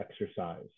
exercise